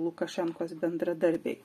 lukašenkos bendradarbiai